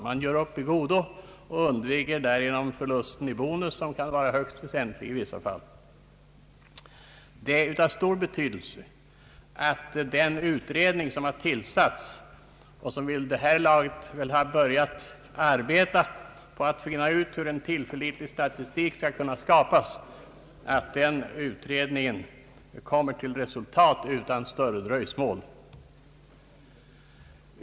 De gör upp »i godo» och undviker därigenom förlusten av bonus, som kan vara högst väsentlig i vissa fall. En utredning har tillsatts och vid det här laget väl börjat arbeta på att finna ut hur en tillförlitlig statistik skall kunna skapas. Det är av betydelse att den utredningen kommer till resultat utan större dröjsmål.